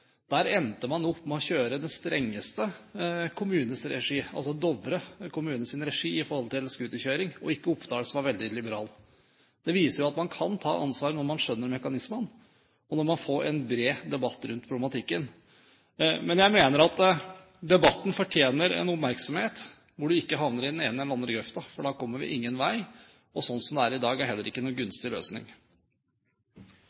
Der endte man opp med å kjøre den strengeste kommunes regi – altså Dovre kommunes regi – når det gjelder scooterkjøring, og ikke Oppdals regi, som er veldig liberal. Det viser jo at man kan ta ansvar når man skjønner mekanismene, og når man får en bred debatt rundt problematikken. Men jeg mener at debatten fortjener oppmerksomhet, at en ikke havner i den ene eller den andre grøften, for da kommer vi ingen vei, og sånn som det er i dag, er heller